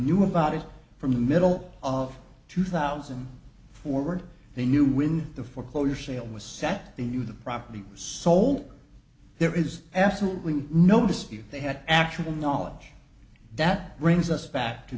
knew about it from the middle of two thousand forward they knew when the foreclosure sale was set they knew the property was sold there is absolutely no dispute they had actual knowledge that brings us back to